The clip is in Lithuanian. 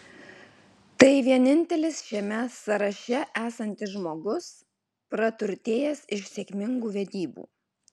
tai vienintelis šiame sąraše esantis žmogus praturtėjęs iš sėkmingų vedybų